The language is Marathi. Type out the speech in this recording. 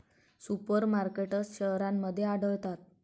सुपर मार्केटस शहरांमध्ये आढळतात